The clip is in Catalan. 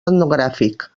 etnogràfic